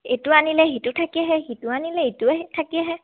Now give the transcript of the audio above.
এইটো আনিলে সিটো থাকি আহে সিটো আনিলে ইটোৱে থাকি আহে